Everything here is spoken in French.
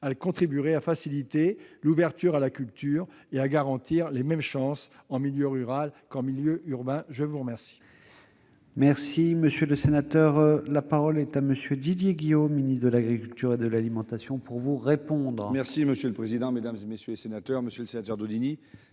contribuerait à faciliter l'ouverture à la culture et à garantir les mêmes chances en milieu rural qu'en milieu urbain. La parole